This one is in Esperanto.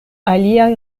aliaj